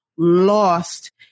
lost